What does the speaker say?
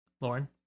Lauren